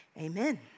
Amen